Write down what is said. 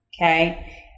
Okay